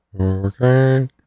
Okay